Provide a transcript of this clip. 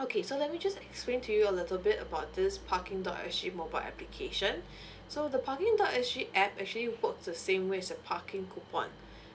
okay so let me just explain to you a little bit about this parking dot s g mobile application so the parking dot s g app actually works the same with the parking coupon